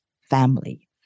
family